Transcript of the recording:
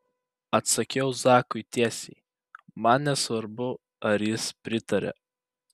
atsakiau zakui tiesiai man nesvarbu ar jis pritaria